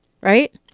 right